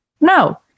No